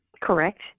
Correct